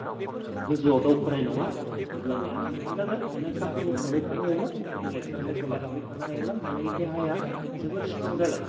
मा गोजौआव दावखोनाय नङा अब्लानिया मा जागोन नों सानफ्रोमबो खारबाय थानो हायोब्ला नों एक्सारसाइसखौ लाखिबाय थानो हायोब्ला नोंनि देहाया जोबोद स्ट्रं जागोन